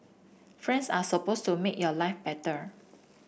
friends are supposed to make your life better